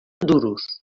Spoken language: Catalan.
duros